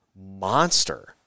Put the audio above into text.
monster